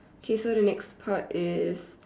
okay so the next part is